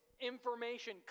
information